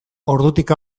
ordutik